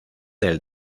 del